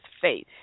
faith